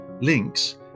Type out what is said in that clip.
links